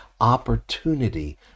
opportunity